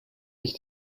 ich